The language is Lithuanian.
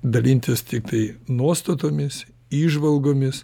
dalintis tiktai nuostatomis įžvalgomis